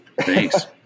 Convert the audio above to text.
Thanks